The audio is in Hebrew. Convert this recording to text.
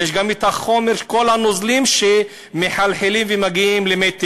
וכל הנוזלים שמחלחלים ומגיעים למי התהום,